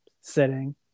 sitting